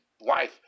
wife